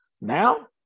Now